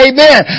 Amen